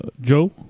Joe